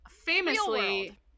Famously